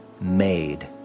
made